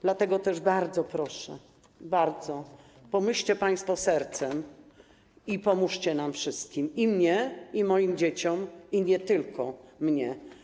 Dlatego też bardzo proszę, bardzo - pomyślcie państwo sercem i pomóżcie nam wszystkim, i mnie, i moim dzieciom, i nie tylko mnie.